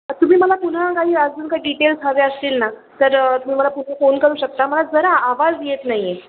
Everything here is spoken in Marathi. तुम्ही मला पुन्हा गाडी अजून काही डिटेल्स हवे असतील ना तर तुम्ही मला कुठे फोन करू शकता मला जरा आवाज येत नाही आहे